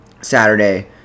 Saturday